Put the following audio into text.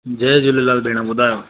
जय झूलेलाल भेण ॿुधायो